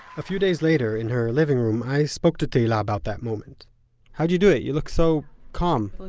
a few days later, in her living room, i spoke to tehila about that moment how did you do it? you look so calm!